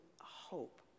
hope